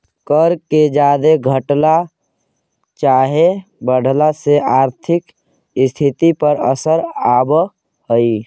कर के जादे घटला चाहे बढ़ला से आर्थिक स्थिति पर असर आब हई